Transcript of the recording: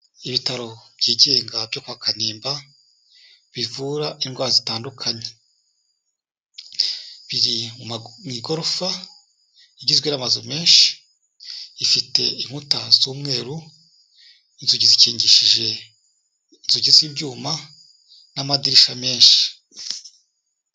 Ibitaro byigenga byo kwa Kanimba bivura indwara zitandukanye, biri mu igorofa igizwe n'amazu menshi, ifite inkuta z'umweru, inzugi zikingishije inzuki z'ibyuma n'amadirishya menshi.